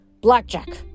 Blackjack